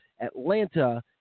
Atlanta